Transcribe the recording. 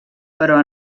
però